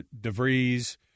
DeVries